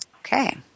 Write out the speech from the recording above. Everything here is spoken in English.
Okay